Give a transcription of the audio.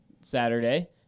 Saturday